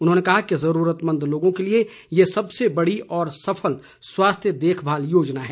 उन्होंने कहा कि जरूरतमंद लोगों के लिए यह सबसे बडी और सफल स्वास्थ्य देखभाल योजना है